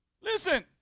listen